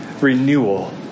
renewal